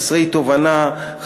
חסרי תובנה,